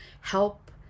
help